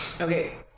okay